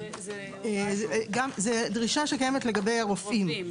זו דרישה שקיימת לגבי הרופאים,